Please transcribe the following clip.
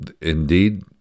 indeed